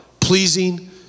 pleasing